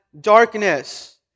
darkness